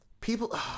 people